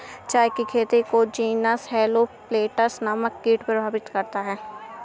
चाय की खेती को जीनस हेलो पेटल्स नामक कीट प्रभावित करते हैं